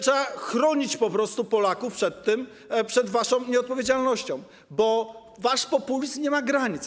Trzeba po prostu chronić Polaków przed tym, przed waszą nieodpowiedzialnością, bo wasz populizm nie ma granic.